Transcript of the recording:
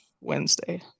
Wednesday